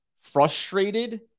frustrated